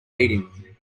eating